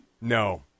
No